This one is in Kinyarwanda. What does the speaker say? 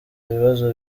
bibazo